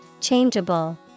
Changeable